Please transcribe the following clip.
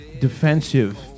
defensive